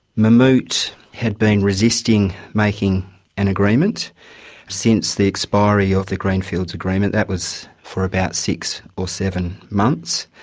mammoet had been resisting making an agreement since the expiry of the greenfields agreement, that was for about six or seven months.